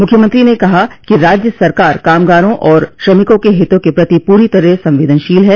मुख्यमंत्री ने कहा कि राज्य सरकार कामगारों और श्रमिकों के हितों के प्रति पूरी तरह संवेदनशील है